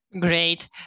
Great